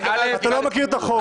תכיר את החוק.